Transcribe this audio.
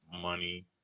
money